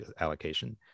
allocation